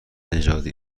نژادی